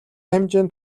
хэмжээнд